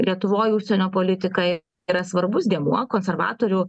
lietuvoj užsienio politika yra svarbus dėmuo konservatorių